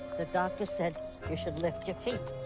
the doctor said you should lift your feet.